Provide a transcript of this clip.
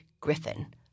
griffin